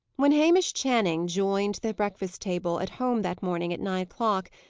when hamish channing joined the breakfast-table at home that morning at nine o'clock,